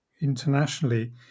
internationally